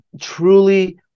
truly